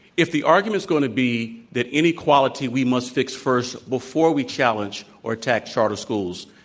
if the argument is going to be that inequality we must fix first before we challenge or attack charter schools,